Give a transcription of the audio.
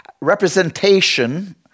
representation